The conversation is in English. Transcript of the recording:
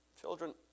Children